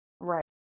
Right